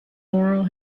laurel